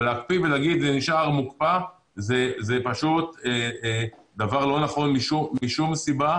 אבל להקפיא ולהגיד שזה נשאר מוקפא זה פשוט דבר לא נכון משום סיבה.